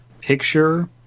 Picture